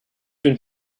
been